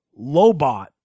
Lobot